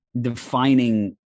defining